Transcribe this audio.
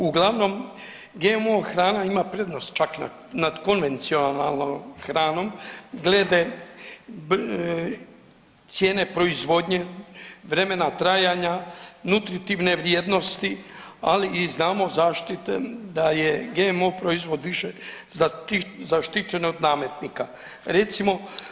Uglavnom, GMO hrana ima prednost čak nad konvencionalnom hranom glede cijene proizvodnje, vremena trajanja, nutritivne vrijednosti, ali i znamo zaštite da je GMO proizvod više zaštićen od nametnika recimo.